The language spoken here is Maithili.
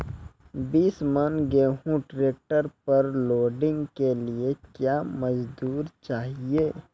बीस मन गेहूँ ट्रैक्टर पर लोडिंग के लिए क्या मजदूर चाहिए?